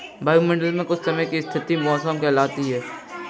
वायुमंडल मे कुछ समय की स्थिति मौसम कहलाती है